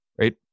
right